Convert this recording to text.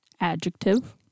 Adjective